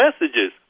messages